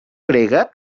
grega